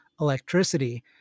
electricity